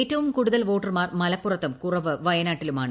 ഏറ്റവും കൂടുതൽ വോട്ടർമാർ മലപ്പുറത്തും കുറവ് വയനാട്ടിലുമാണ്